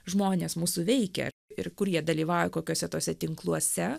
žmonės mūsų veikia ir kurie dalyvauja kokiuose tuose tinkluose